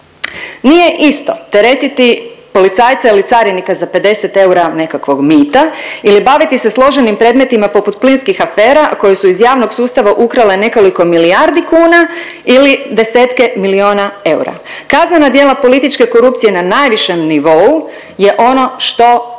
Nije isto teretiti policajca ili carinika za 50 eura nekakvog mita ili baviti se složenim predmetima poput plinskih afera koje su iz javnog sustava ukrale nekoliko milijardi kuna ili desetke miliona eura. Kaznena djela političke korupcije na najvišem nivou je ono što Ivan